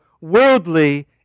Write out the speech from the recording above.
worldly